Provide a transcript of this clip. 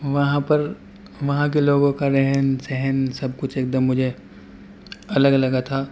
وہاں پر وہاں کے لوگوں کا رہن سہن سب کچھ ایک دم مجھے الگ لگا تھا